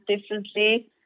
differently